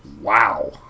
wow